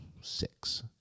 six